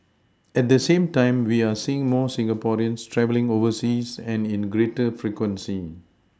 at the same time we are seeing more Singaporeans travelling overseas and in greater frequency